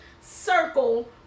circle